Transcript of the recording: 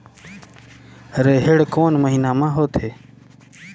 रेहेण कोन महीना म होथे?